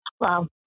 Wow